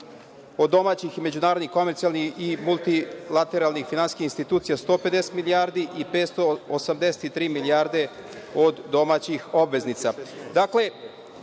od domaćih i međunarodnih komercijalnih i multilateralnih finansijskih institucija 150 milijardi i 583 milijarde od domaćih obveznica.